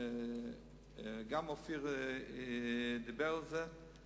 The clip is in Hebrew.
גם אופיר דיבר על זה,